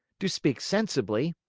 to speak sensibly,